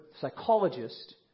psychologist